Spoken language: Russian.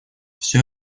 все